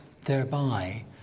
thereby